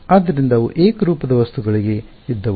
ಆದ್ದರಿಂದ ಅವು ಏಕರೂಪದ ವಸ್ತುಗಳಿಗೆ ಇದ್ದವು